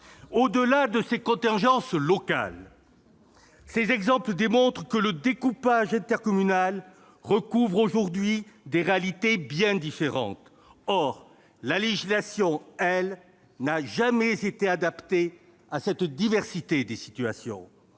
Au-delà de ces contingences locales, ces exemples démontrent que le découpage intercommunal recouvre aujourd'hui des réalités bien différentes. Or la législation n'a jamais été adaptée à cette diversité des situations.